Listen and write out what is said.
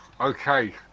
Okay